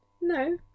No